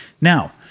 Now